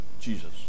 Jesus